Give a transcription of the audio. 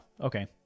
Okay